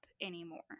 anymore